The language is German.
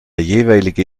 jeweilige